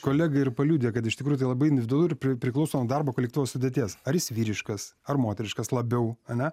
kolega ir paliudija kad iš tikrųjų tai labai individualu ir priklauso darbo kolektyvo sudėties ar jis vyriškas ar moteriškas labiau ane